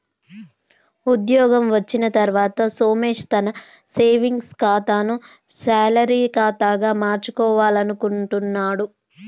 ఉద్యోగం వచ్చిన తర్వాత సోమేష్ తన సేవింగ్స్ ఖాతాను శాలరీ ఖాతాగా మార్చుకోవాలనుకుంటున్నడు